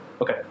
Okay